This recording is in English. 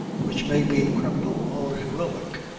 which may be criminal or heroic,